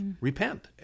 Repent